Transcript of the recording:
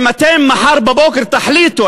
אם אתם מחר בבוקר תחליטו,